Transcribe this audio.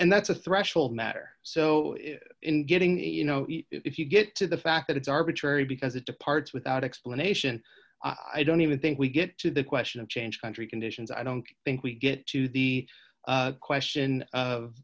and that's a threshold matter so in getting you know if you get to the fact that it's arbitrary because it departs without explanation i don't even think we get to the question of change country conditions i don't think we get to the question of